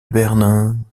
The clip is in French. bernin